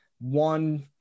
one